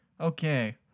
Okay